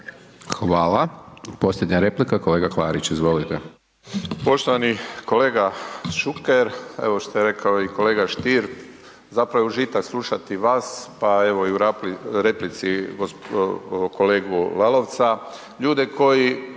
(SDP)** Posljednja replika, kolega Stričak, izvolite.